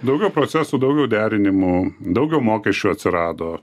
daugiau procesų daugiau derinimų daugiau mokesčių atsirado